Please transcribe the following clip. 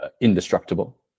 indestructible